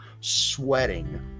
sweating